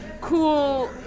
cool